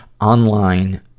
online